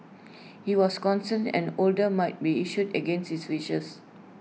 he was concerned an order might be issued against his wishes